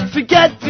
Forget